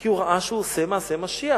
כי הוא ראה שהוא עושה מעשה משיח.